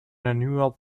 annual